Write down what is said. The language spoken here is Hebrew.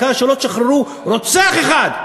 העיקר שלא תשחררו רוצח אחד,